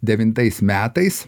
devintais metais